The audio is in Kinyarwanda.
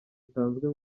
nsanzwe